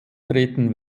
treten